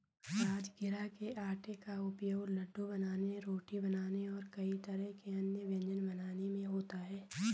राजगिरा के आटे का उपयोग लड्डू बनाने रोटी बनाने और कई तरह के अन्य व्यंजन बनाने में होता है